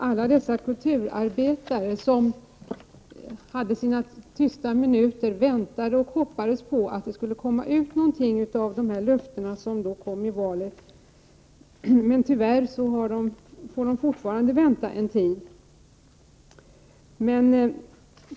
Alla dessa kulturarbetare som höll tysta minuter väntade och hoppades på att det skulle komma ut någonting av de löften som gavs i valrörelsen. Men tyvärr får de fortfarande vänta en tid.